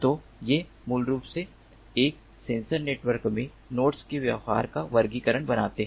तो ये मूल रूप से एक सेंसर नेटवर्क में नोड्स के व्यवहार का वर्गीकरण बनाते हैं